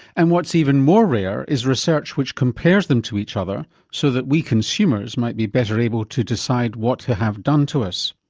and what's even more rare is research which compares them to each other so that we consumers might be better able to decide what to have done to us.